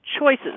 choices